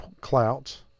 clout